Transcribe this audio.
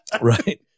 Right